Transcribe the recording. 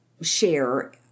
share